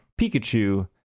Pikachu